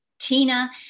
Tina